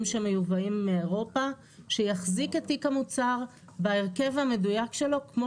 שמיובאים מאירופה שיחזיק את תיק המוצר בהרכב המדוייק שלו כמו